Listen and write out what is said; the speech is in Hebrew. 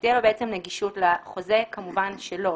שתהיה לו נגישות לחוזה כמובן שלו,